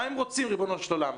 מה הם רוצים, ריבונו של עולם?